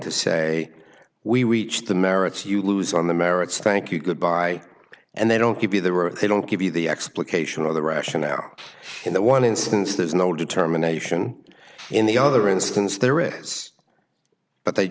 to say we weeks the merits you lose on the merits thank you goodbye and they don't give you the or they don't give you the explication of the rationale in that one instance there's no determination in the other instance there is but they